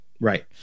Right